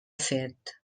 fet